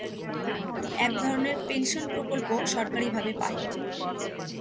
এক ধরনের পেনশন প্রকল্প সরকারি ভাবে পাই